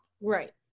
Right